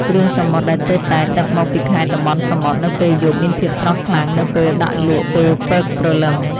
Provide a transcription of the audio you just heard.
គ្រឿងសមុទ្រដែលទើបតែដឹកមកពីខេត្តតំបន់សមុទ្រនៅពេលយប់មានភាពស្រស់ខ្លាំងនៅពេលដាក់លក់ពេលព្រឹកព្រលឹម។